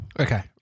Okay